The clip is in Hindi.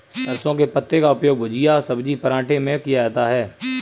सरसों के पत्ते का उपयोग भुजिया सब्जी पराठे में किया जाता है